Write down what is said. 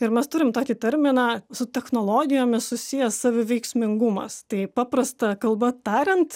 ir mes turim tokį terminą su technologijomis susijęs saviveiksmingumas tai paprasta kalba tariant